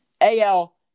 AL